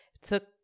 Took